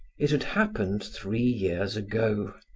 it had happened three years ago.